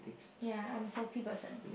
ya I'm a salty person